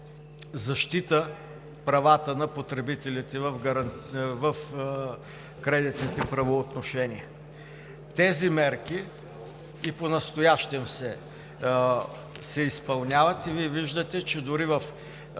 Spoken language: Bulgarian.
защита правата на потребителите в кредитните правоотношения. Тези мерки и понастоящем се изпълняват, и Вие виждате, че дори в